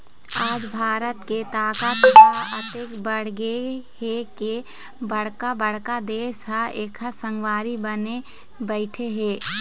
आज भारत के ताकत ह अतेक बाढ़गे हे के बड़का बड़का देश ह एखर संगवारी बने बइठे हे